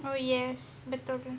for years